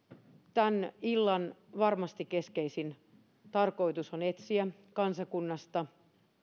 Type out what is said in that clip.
tämän illan varmasti keskeisin tarkoitus on etsiä kansakunnasta